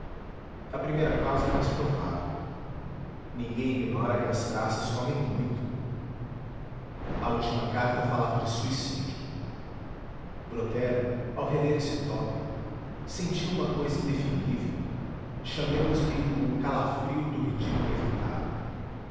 a primeira causa é mais provável ninguém ignora que as traças comem muito a última carta falava de suicídio brotero ao reler esse tópico sentiu uma cousa indefinível chamemos lhe o calafrio do ridículo evitado